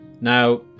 Now